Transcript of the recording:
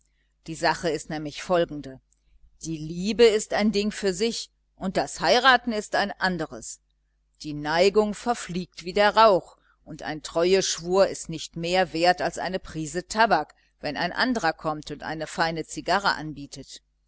die sache ist nämlich folgende die liebe ist ein ding für sich und das heiraten ist ein anderes die neigung verfliegt wie der rauch und ein treueschwur ist nicht mehr wert als eine prise tabak wenn ein andrer kommt und eine feine zigarre anbietet